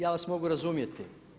Ja vas mogu razumjeti.